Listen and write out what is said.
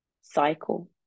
cycle